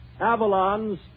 Avalons